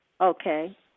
Okay